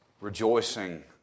rejoicing